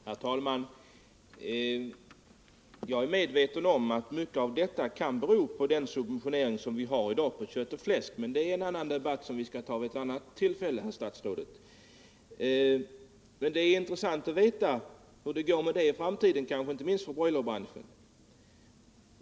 Herr talman! Jag är medveten om att mycket kan bero på den subventionering av kött och fläsk som vi har i dag, men det är en annan fråga som vi får debattera vid ett annat tillfälle, herr statsråd. Det kan vara intressant att veta hur det går med detta i framtiden, kanske inte minst för broilerbranschen.